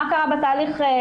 אבל מה קרה עם התלונה הקודמת?